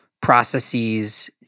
processes